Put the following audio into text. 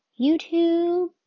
YouTube